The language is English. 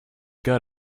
got